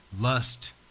Lust